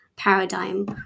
paradigm